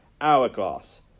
hourglass